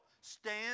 stand